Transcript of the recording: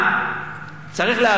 אבל שמעת שאבו מאזן אמר את זה.